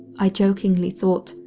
i jokingly thought,